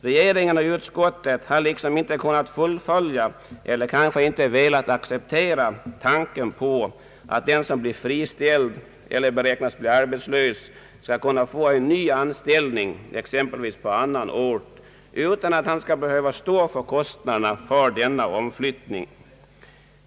Regeringen och utskottet har liksom inte kunnat fullfölja — eller kanske inte velat acceptera — tanken att den som blir friställd eller beräknas bli arbetslös skall kunna få ny anställning, exempelvis på annan ort, utan att behöva stå för kostnaderna för omflyttningen.